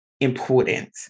important